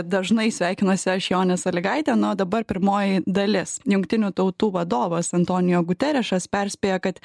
dažnai sveikinuosi aš jonė salygaitė na o dabar pirmoji dalis jungtinių tautų vadovas antonio guterešas perspėja kad